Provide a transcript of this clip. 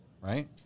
right